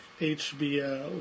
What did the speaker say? HBO